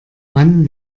wann